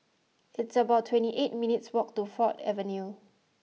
it's about twenty eight minutes' walk to Ford Avenue